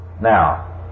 now